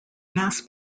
mass